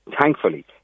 Thankfully